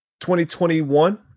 2021